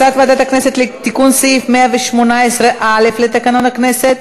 הכנסת לתיקון סעיף 118(א) לתקנון הכנסת.